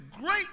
great